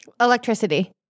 Electricity